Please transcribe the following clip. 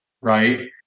right